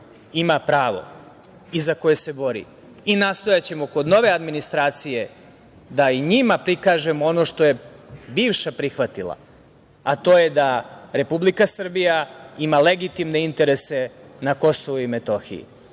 ima pravo i za koje se bori. Nastojaćemo kod nove administracije da i njima prikažemo ono što je bivša prihvatila, a to je da Republika Srbija ima legitimne interese na Kosovu i Metohiji.